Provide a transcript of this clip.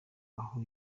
aho